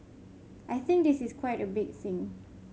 I think this is quite a big thing